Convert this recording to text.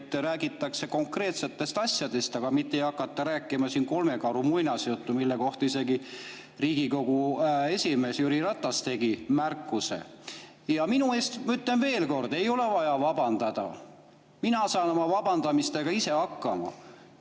räägitakse konkreetsetest asjadest, aga mitte ei hakata rääkima siin kolme karu muinasjuttu, mille kohta isegi Riigikogu esimees Jüri Ratas tegi märkuse. Minu eest, ütlen veel kord, ei ole vaja vabandada. Mina saan oma vabandamistega ise hakkama.